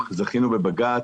זכינו בבג"ץ,